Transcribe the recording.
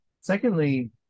secondly